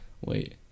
Wait